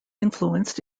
influenced